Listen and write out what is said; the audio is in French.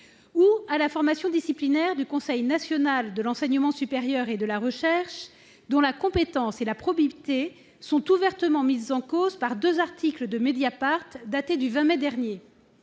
ou de la formation disciplinaire du Conseil national de l'enseignement supérieur et de la recherche, dont la compétence et la probité ont été ouvertement mises en cause par deux articles de datés du 20 mai dernier.